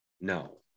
No